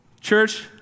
Church